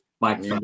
Mike